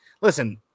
listen